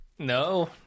No